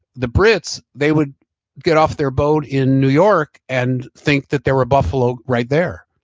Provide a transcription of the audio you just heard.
the brits they would get off their boat in new york and think that there were buffalo right there.